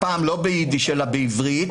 הפעם לא ביידיש אלא בעברית.